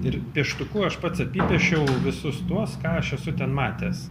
ir pieštuku aš pats apipiešiau visus tuos ką aš esu ten matęs